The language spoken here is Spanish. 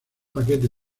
paquete